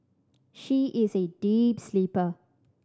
she is a deep sleeper